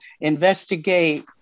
investigate